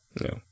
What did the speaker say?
No